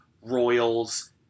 Royals